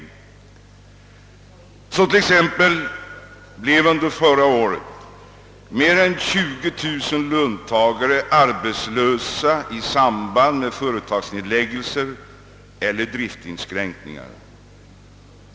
Så blev t.ex. under förra året mer än 20 000 löntagare arbetslösa i samband med företagsnedläggelser eller driftsinskränkningar.